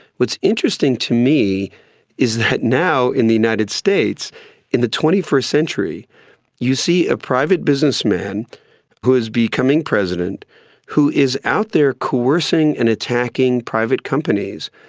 what's interesting to me is that now in the united states in the twenty first century you see a private businessman who is becoming president who is out there coercing and attacking private companies,